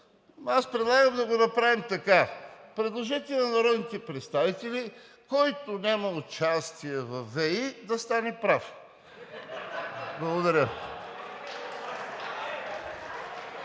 Аз предлагам да направим така – предложете на народните представители, който няма участие във ВЕИ, да стане прав. Благодаря.